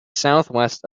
southwest